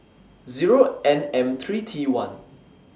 Zero N M three T one